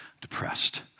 depressed